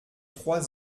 trois